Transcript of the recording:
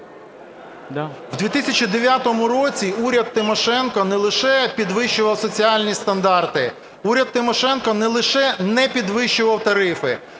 В 2009 році уряд Тимошенко не лише підвищував соціальні стандарти, уряд Тимошенко не лише не підвищував тарифи,